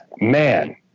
Man